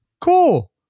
cool